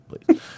please